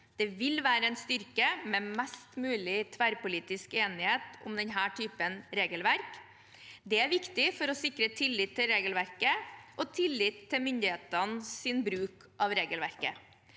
Det vil være en styrke med mest mulig tverrpolitisk enighet om denne typen regelverk. Dette er viktig for å sikre tillit til regelverket og tillit til myndighetenes bruk av regelverket.